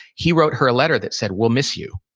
he wrote her a letter that said, we'll miss you.